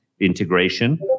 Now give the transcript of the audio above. integration